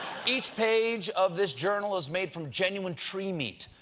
each page of this journal is made from genuine tree meat,